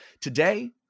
Today